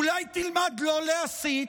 אולי תלמד לא להסית?